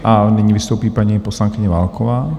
A nyní vystoupí paní poslankyně Válková.